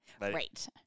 Right